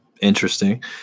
Interesting